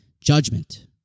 judgment